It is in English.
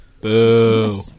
Boo